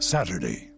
Saturday